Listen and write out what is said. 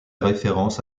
référence